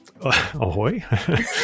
Ahoy